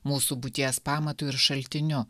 mūsų būties pamatu ir šaltiniu